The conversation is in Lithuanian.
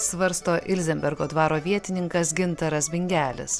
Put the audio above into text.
svarsto ilzenbergo dvaro vietininkas gintaras bingelis